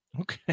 Okay